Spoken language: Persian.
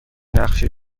نقشه